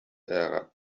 arab